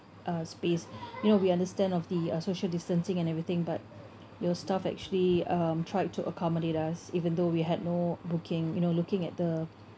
uh space you know we understand of the uh social distancing and everything but your staff actually um tried to accommodate us even though we had no booking you know looking at the